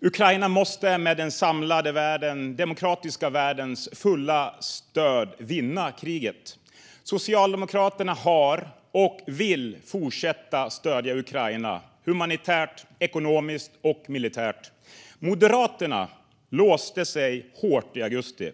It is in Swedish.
Ukraina måste med den samlade demokratiska världens fulla stöd vinna kriget. Socialdemokraterna har stött, och vill fortsätta att stödja, Ukraina humanitärt, ekonomiskt och militärt. Moderaterna låste sig hårt i augusti.